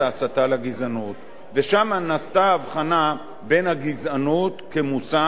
ושם נעשתה הבחנה בין הגזענות כמושג לבין הסתה